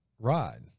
ride